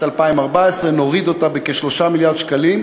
2014 ונוריד אותה בכ-3 מיליארד שקלים,